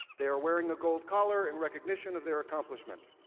they are wearing a gold collar in recognition of their accomplishment.